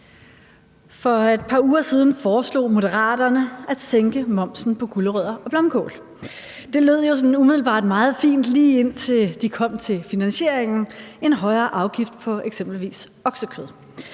For et par uger siden foreslog Moderaterne at sænke momsen på gulerødder og blomkål. Det lød jo sådan umiddelbart meget fint, lige indtil de kom til finansieringen, altså en højere afgift på eksempelvis oksekød.